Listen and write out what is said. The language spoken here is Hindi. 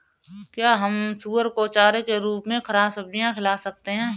क्या हम सुअर को चारे के रूप में ख़राब सब्जियां खिला सकते हैं?